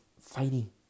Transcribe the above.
fighting